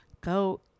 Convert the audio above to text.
Go